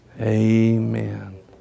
Amen